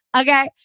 Okay